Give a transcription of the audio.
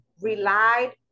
relied